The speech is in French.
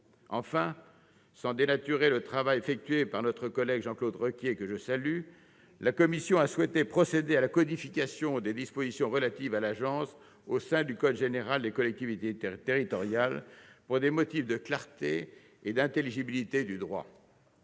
Enfin, sans dénaturer le travail effectué par notre collègue Jean-Claude Requier, que je salue, la commission a souhaité procéder à la codification des dispositions relatives à l'agence au sein du code général des collectivités territoriales, pour des motifs de clarté et d'intelligibilité du droit.